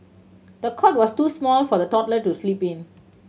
the cot was too small for the toddler to sleep in